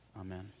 amen